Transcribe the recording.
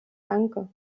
danke